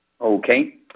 Okay